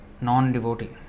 non-devotee